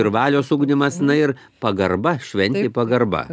ir valios ugdymas na ir pagarba šventei pagarba